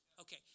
Okay